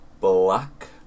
Black